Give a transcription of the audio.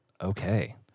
Okay